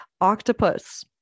Octopus